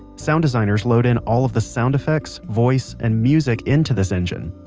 sound designers load in all of the sound effects, voice, and music into this engine,